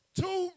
two